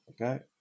okay